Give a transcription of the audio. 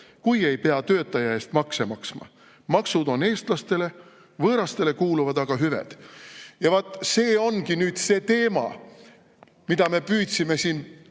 kui ei pea töötaja eest makse maksma. Maksud on eestlastele, võõrastele kuuluvad aga hüved. Ja vaat see ongi see teema, mida me püüdsime siin